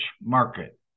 market